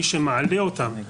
מי שמעלה אותם,